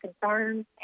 concerns